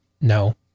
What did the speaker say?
no